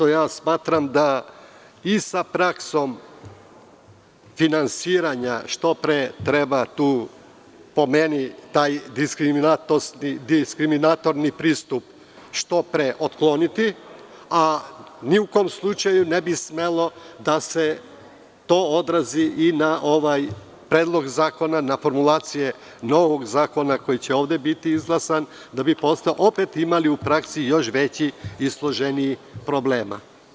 Smatram da sa praksom finansiranja, po meni, taj diskriminatorski pristup treba otkloniti, a ni u kom slučaju ne bi smelo da se to odrazi na ovaj predlog zakona, na formulacije novog zakona koji će ovde biti izglasan, jer bi posle opet imali u praksi još veće i složenije probleme.